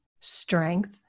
strength